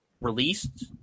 released